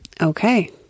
okay